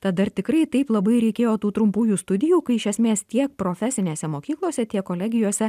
tad ar tikrai taip labai reikėjo tų trumpųjų studijų kai iš esmės tiek profesinėse mokyklose tiek kolegijose